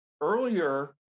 Earlier